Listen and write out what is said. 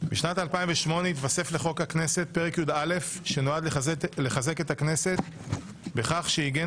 בשנת 2008 התווסף לחוק הכנסת פרק יא' שנועד לחזק את הכנסת בכך שעיגן